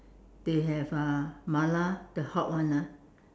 they have uh mala the hot one ah